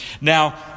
Now